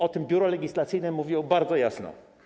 O tym biuro legislacyjne mówiło bardzo jasno.